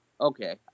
Okay